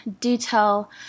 detail